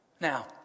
Now